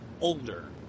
older